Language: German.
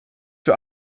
für